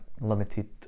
limited